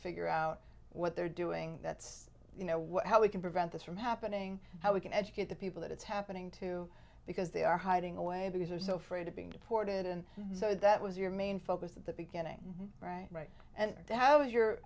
figure out what they're doing that's you know what how we can prevent this from happening how we can educate the people that it's happening to because they are hiding away because they are so afraid of being deported and so that was your main focus at the beginning right right and how was your